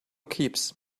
keeps